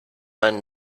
einen